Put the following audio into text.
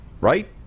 right